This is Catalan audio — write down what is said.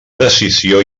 decisió